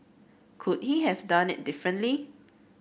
could he have done it differently